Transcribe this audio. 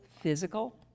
physical